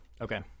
Okay